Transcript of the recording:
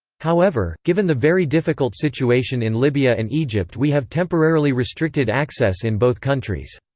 however, given the very difficult situation in libya and egypt we have temporarily restricted access in both countries.